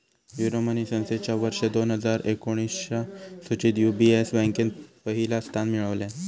Euromoney संस्थेच्या वर्ष दोन हजार एकोणीसच्या सुचीत यू.बी.एस बँकेन पहिला स्थान मिळवल्यान